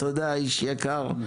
תודה איש יקר.